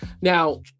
Now